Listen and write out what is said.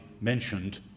mentioned